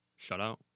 shutout